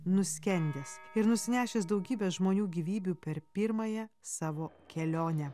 nuskendęs ir nusinešęs daugybę žmonių gyvybių per pirmąją savo kelionę